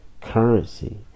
currency